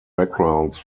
backgrounds